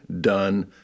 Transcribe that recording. done